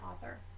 author